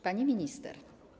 Pani Minister!